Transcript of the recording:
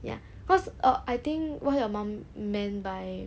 ya cause uh I think what your mom meant by